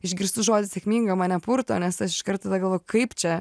išgirstu žodį sėkminga mane purto nes aš iškart galvoju kaip čia